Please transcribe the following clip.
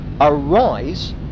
arise